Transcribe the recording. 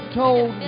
told